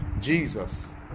Jesus